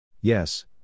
Yes